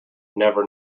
never